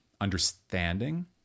Understanding